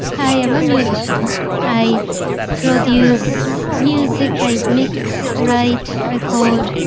i am a musician i produce music. i mix, write, record,